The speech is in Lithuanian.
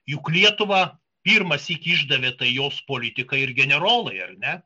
juk lietuvą pirmąsyk išdavė tai jos politikai ir generolai ar ne